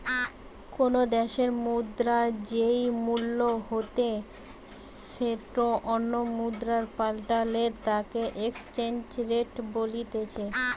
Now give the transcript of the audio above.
কোনো দ্যাশের মুদ্রার যেই মূল্য হইতে সেটো অন্য মুদ্রায় পাল্টালে তাকে এক্সচেঞ্জ রেট বলতিছে